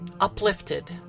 uplifted